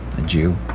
a jew.